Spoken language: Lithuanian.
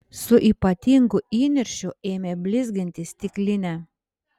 su ypatingu įniršiu ėmė blizginti stiklinę